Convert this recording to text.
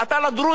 לדרוזים,